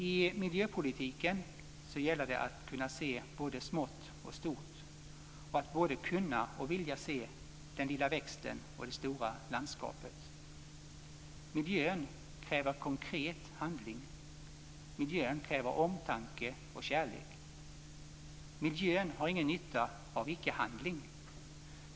I miljöpolitiken gäller det att kunna se både smått och stort och att både kunna och vilja se den lilla växten och det stora landskapet. Miljön kräver konkret handling. Miljön kräver omtanke och kärlek. Miljön har ingen nytta av ickehandling.